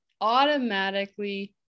automatically